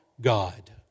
God